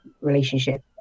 relationship